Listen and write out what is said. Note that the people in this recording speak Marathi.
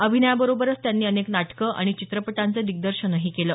अभिनयाबरोबरच त्यांनी अनेक नाटकं आणि चित्रपटांचं दिग्दर्शनही केलं